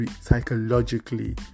psychologically